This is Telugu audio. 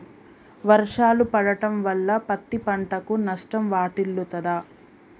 వర్షాలు పడటం వల్ల పత్తి పంటకు నష్టం వాటిల్లుతదా?